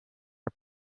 are